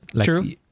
True